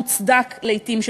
המוצדק לעתים,